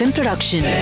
Production